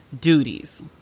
duties